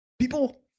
People